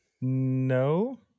No